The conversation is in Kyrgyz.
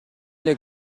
эле